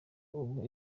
ubu